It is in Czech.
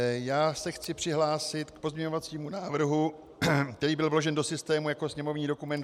Já se chci přihlásit k pozměňovacímu návrhu, který byl vložen do systému jako sněmovní dokument 2823